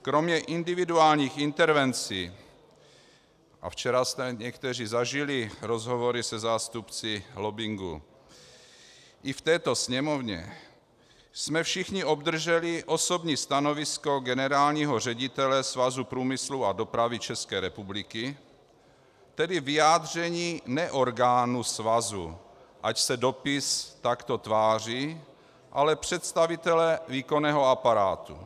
Kromě individuálních intervencí, a včera jste někteří zažili rozhovory se zástupci lobbingu i v této Sněmovně, jsme všichni obdrželi osobní stanovisko generálního ředitele Svazu průmyslu a dopravy České republiky, tedy vyjádření ne orgánu svazu, ač se dopis takto tváří, ale představitele výkonného aparátu.